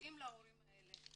שתתאים להורים האלה.